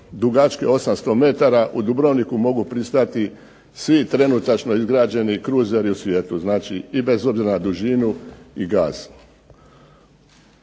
dugačke 800 metara. U Dubrovniku mogu pristati svi trenutačno izgrađeni kruzeri u svijetu, znači i bez obzira na dužinu i gaz.